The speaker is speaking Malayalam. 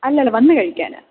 അല്ല അല്ല വന്ന് കഴിക്കാനാണ്